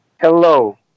hello